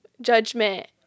judgment